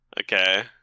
Okay